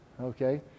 okay